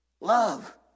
love